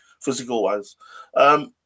physical-wise